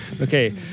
okay